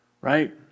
Right